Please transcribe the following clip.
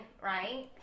right